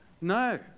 No